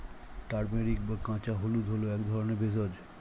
turmeric বা কাঁচা হলুদ হল এক ধরনের ভেষজ